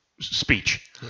speech